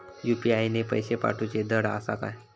UPI ने पैशे पाठवूचे धड आसा काय?